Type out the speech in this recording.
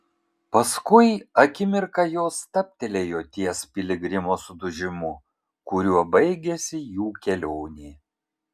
paskui akimirką jos stabtelėjo ties piligrimo sudužimu kuriuo baigėsi jų kelionė